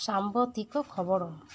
ସାମ୍ପ୍ରତିକ ଖବର